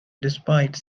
despite